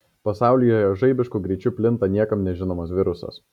pasaulyje žaibišku greičiu plinta niekam nežinomas virusas